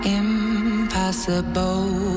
impossible